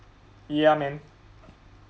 ya man